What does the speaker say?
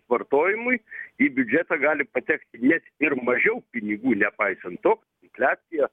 sumažėjus vartojimui į biudžetą gali patekti net ir mažiau pinigų nepaisant to infliacija